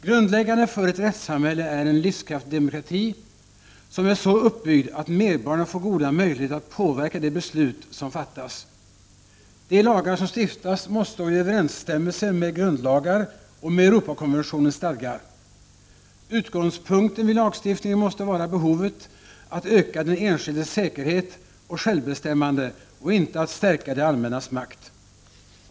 Grundläggande för ett rättssamhälle är en livskraftig demokrati, som är så uppbyggd att medborgarna får goda möjligheter att påverka de beslut som fattas. De lagar som stiftas måste stå i överensstämmelse med grundlagar och med Europakonventionens stadgar. Utgångspunkten vid lagstiftningen måste vara behovet att öka den enskildes säkerhet och självbestämmande och inte att stärka det allmännas makt.